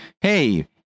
hey